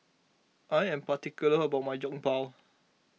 I am particular about my Jokbal